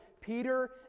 Peter